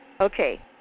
Okay